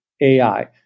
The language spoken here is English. AI